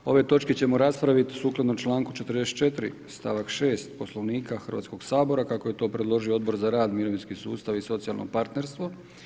Ove točke ćemo raspraviti sukladno članku 44. stavak 6. Poslovnika Hrvatskoga sabora kako je to predložio Odbor za rad, mirovinski sustav i socijalno partnerstvo.